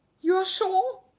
you are sure?